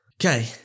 Okay